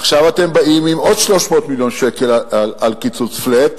עכשיו אתם באים עם עוד מיליון שקל קיצוץ flat,